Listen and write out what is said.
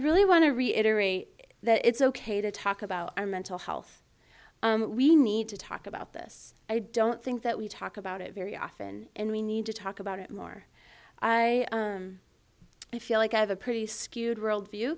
really want to reiterate that it's ok to talk about our mental health we need to talk about this i don't think that we talk about it very often and we need to talk about it more i feel like i have a pretty skewed